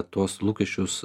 tuos lūkesčius